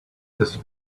this